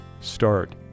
start